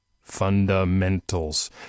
Fundamentals